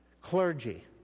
clergy